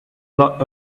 lot